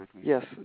Yes